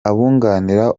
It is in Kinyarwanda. abunganira